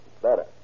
Better